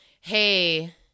hey